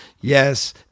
Yes